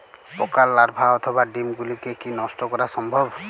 পোকার লার্ভা অথবা ডিম গুলিকে কী নষ্ট করা সম্ভব?